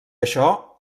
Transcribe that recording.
això